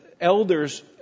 elders